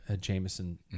Jameson